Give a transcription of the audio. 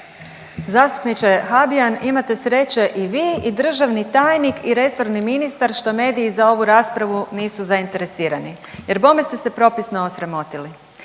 Zastupniče Habijan, imate sreće i vi i državni tajnik i resorni ministar što mediji za ovu raspravu nisu zainteresirani jer bome ste se propisno osramotili.